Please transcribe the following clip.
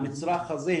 המצרך הזה,